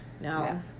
No